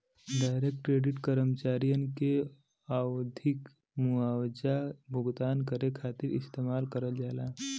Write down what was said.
direct credit कर्मचारियन के आवधिक मुआवजा भुगतान करे खातिर इस्तेमाल करल जाला